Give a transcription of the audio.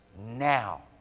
Now